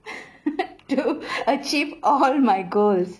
to achieve all my goals